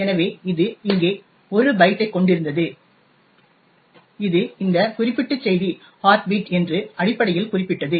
எனவே இது இங்கே 1 பைட்டைக் கொண்டிருந்தது இது இந்த குறிப்பிட்ட செய்தி ஹார்ட் பீட் செய்தி என்று அடிப்படையில் குறிப்பிட்டது